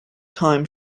time